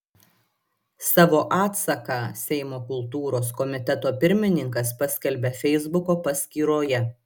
savo atsaką seimo kultūros komiteto pirmininkas paskelbė feisbuko paskyroje